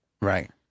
Right